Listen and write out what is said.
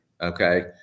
okay